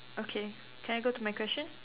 okay can I go to my question